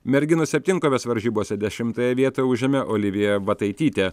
merginų septynkovės varžybose dešimtąją vietą užėmė olivija bataitytė